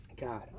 God